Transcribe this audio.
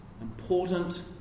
Important